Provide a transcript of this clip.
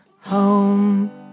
home